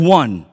one